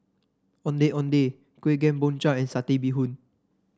Ondeh Ondeh Kueh Kemboja and Satay Bee Hoon